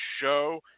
show